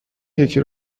یکی